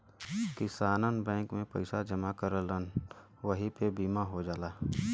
किसानन बैंक में पइसा जमा करलन वही पे बीमा हो जाला